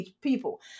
people